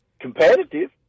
competitive